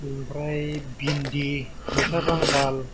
ओमफ्राय बिन्दि मैथा बांगाल